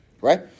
Right